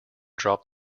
drop